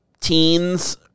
teens